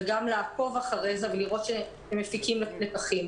וגם לעקוב אחרי זה ולראות שהם מפיקים לקחים.